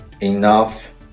enough